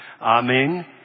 amen